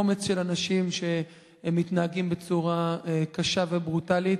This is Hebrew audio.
קומץ אנשים שמתנהגים בצורה קשה וברוטלית.